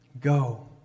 Go